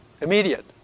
immediate